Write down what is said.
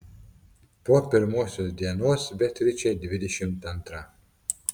po pirmosios dienos beatričė dvidešimt antra